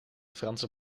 franse